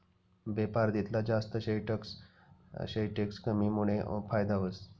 बेपार तितला जास्त शे टैक्स कमीमुडे फायदा व्हस